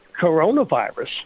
coronavirus